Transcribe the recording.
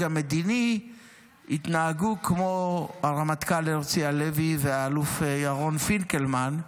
המדיני יתנהגו כמו הרמטכ"ל הרצי הלוי והאלוף ירון פינקלמן,